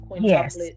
yes